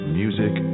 music